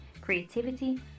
creativity